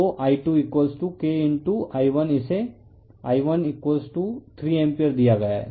तो I2KI1 इसे I13 ampere दिया गया है